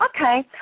Okay